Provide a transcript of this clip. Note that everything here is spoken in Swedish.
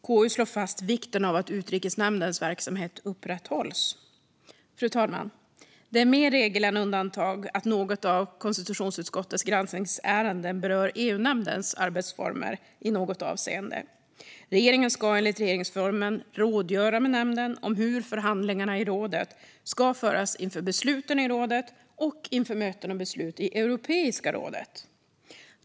KU slår fast vikten av att Utrikesnämndens verksamhet upprätthålls. Fru talman! Det är mer regel än undantag att något av konstitutionsutskottets granskningsärenden berör EU-nämndens arbetsformer i något avseende. Regeringen ska enligt regeringsformen rådgöra med nämnden om hur förhandlingarna i rådet ska föras inför besluten i rådet och inför möten och beslut i Europeiska rådet.